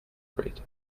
bread